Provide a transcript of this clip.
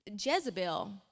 Jezebel